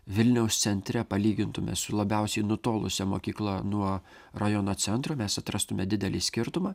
vilniaus centre palygintume su labiausiai nutolusia mokykla nuo rajono centro mes atrastume didelį skirtumą